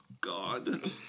God